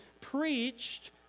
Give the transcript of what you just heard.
preached